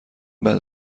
بعد